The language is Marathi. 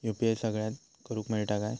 यू.पी.आय सगळ्यांना करुक मेलता काय?